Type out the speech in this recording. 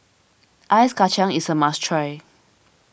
Ice Kachang is a must try